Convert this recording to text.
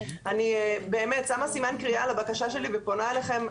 אני באמת שמה סימן קריאה לבקשה שלי ופונה אליכם.